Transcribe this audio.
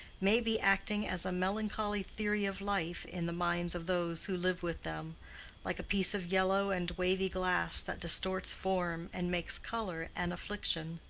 may be acting as a melancholy theory of life in the minds of those who live with them like a piece of yellow and wavy glass that distorts form and makes color an affliction.